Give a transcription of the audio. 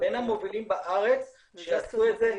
בין המובילים בארץ שעשו את זה,